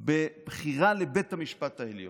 בבחירה לבית המשפט העליון.